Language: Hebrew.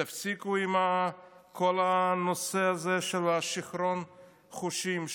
תפסיקו עם כל הנושא הזה של שיכרון חושים,